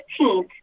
15th